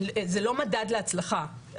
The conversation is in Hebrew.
זה לא מדד להצלחה,